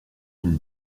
d’une